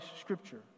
scripture